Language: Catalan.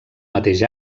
mateix